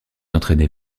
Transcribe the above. entraîné